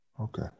Okay